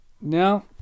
Now